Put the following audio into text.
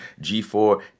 G4